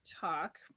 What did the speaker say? talk